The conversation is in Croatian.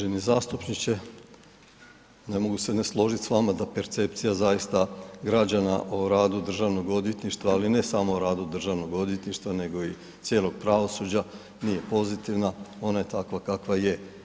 Uvaženi zastupniče, ne mogu se ne složiti s vama da percepcija zaista građana o radu Državnog odvjetništva, ali ne samo o radu Državnog odvjetništva nego i cijelog pravosuđa nije pozitivna, ona je takva kakva je.